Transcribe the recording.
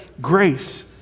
grace